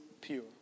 pure